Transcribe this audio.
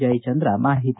ಜಯಚಂದ್ರ ಮಾಹಿತಿ